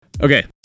Okay